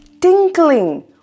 tinkling